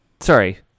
sorry